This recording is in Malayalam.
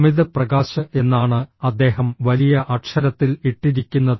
അമിത് പ്രകാശ് എന്നാണ് അദ്ദേഹം വലിയ അക്ഷരത്തിൽ ഇട്ടിരിക്കുന്നത്